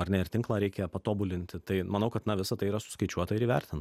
ar ne ir tinklą reikia patobulinti tai manau kad na visa tai yra suskaičiuota ir įvertinta